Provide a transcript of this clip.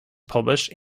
published